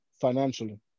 financially